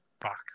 back